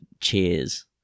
cheers